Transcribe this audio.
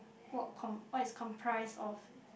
what com~ what is comprised of